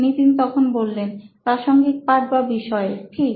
নিতিন প্রাসঙ্গিক পাঠ বা বিষয় ঠিক